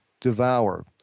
devour